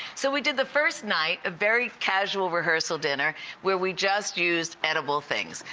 so we did the first night a very casual rehearsal dinner where we just used edible things.